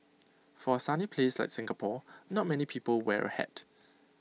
for A sunny place like Singapore not many people wear A hat